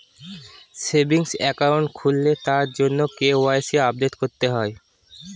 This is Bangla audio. সেভিংস একাউন্ট খুললে তার জন্য কে.ওয়াই.সি আপডেট করতে হয়